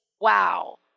wow